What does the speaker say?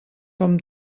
com